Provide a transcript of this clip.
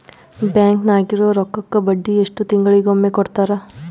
Bank ನಾಗಿರೋ ರೊಕ್ಕಕ್ಕ ಬಡ್ಡಿ ಎಷ್ಟು ತಿಂಗಳಿಗೊಮ್ಮೆ ಕೊಡ್ತಾರ?